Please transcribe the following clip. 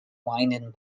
winding